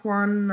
one